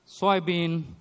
soybean